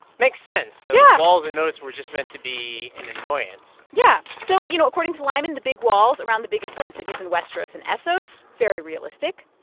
makes sense, though so yeah walls and moats were just meant to be an annoyance yeah. so, you know, according to lyman, the big walls around the big, important cities in westeros and essos very realistic.